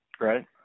Right